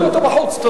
תוציאו אותו בחוץ.